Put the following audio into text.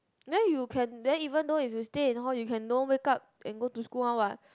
then you can then even though if you stay in hall you can don't wake up and go to school [one] [what]